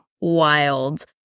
Wild